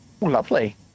Lovely